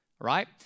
right